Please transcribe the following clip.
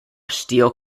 steel